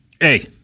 Hey